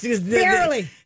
Barely